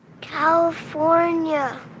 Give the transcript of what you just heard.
California